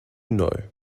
know